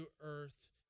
earth